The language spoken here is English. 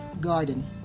Garden